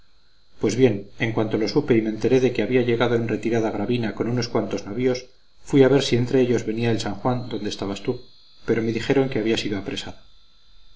pues bien en cuanto lo supe y me enteré de que había llegado en retirada gravina con unos cuantos navíos fui a ver si entre ellos venía el san juan donde estabas tú pero me dijeron que había sido apresado